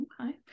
Okay